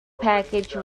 package